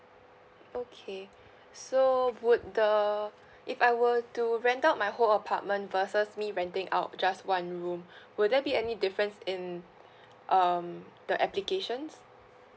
okay so would the if I were to rent out my whole apartment versus me renting out just one room will there be any difference in um the applications